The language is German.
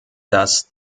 dass